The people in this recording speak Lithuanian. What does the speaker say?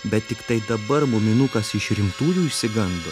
bet tiktai dabar muminukas iš rimtųjų išsigando